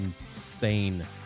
insane